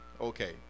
Okay